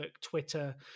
Twitter